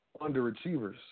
underachievers